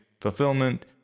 fulfillment